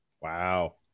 Wow